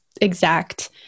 exact